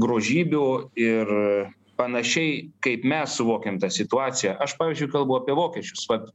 grožybių ir panašiai kaip mes suvokiam tą situaciją aš pavyzdžiui kalbu apie vokiečius vat